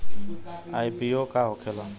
IPO का होखेला?